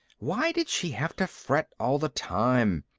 why did she have to fret all the time?